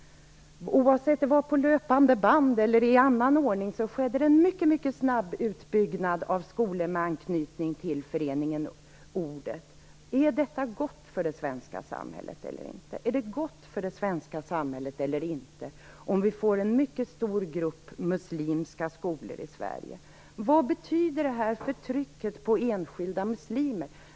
Oavsett om det skedde på löpande band eller i en annan ordningen, var det en mycket snabb utbyggnad av skolor med anknytning till Föreningen Ordet. Är detta gott för det svenska samhället eller inte? Är det gott för det svenska samhället eller inte om vi får en mycket stor grupp muslimska skolor i Sverige? Vad betyder detta för trycket på enskilda muslimer?